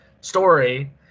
story